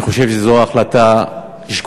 אני חושב שזו החלטה שגויה,